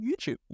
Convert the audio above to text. YouTube